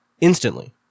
instantly